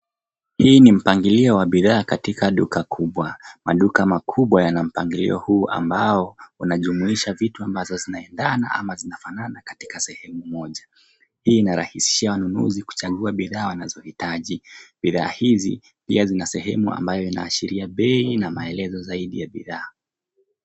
Hii ni mpangilio wa bidhaa katika duka kubwa. Maduka makubwa yana mpangilio huu ambao unajumuisha vitu ambazo zinaendana ama zinafanana katika sehemu moja. Hii rahisishia mnunuzi kuchagua bidhaa wanazohitaji. Bidhaa hizi pia zina sehemu ambayo inaashiria bei na maelezo zaidi ya bidhaa.